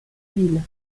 ville